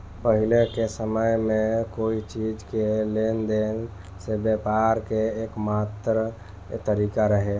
पाहिले के समय में कोई चीज़ के लेन देन से व्यापार के एकमात्र तारिका रहे